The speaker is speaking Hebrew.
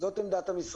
זו עמדת המשרד.